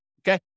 Okay